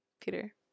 Peter